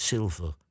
Silver